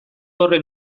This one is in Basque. horren